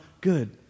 good